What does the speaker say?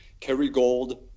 Kerrygold